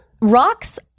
rocks